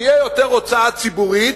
תהיה יותר הוצאה ציבורית,